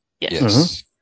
Yes